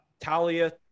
Talia